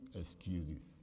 excuses